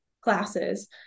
classes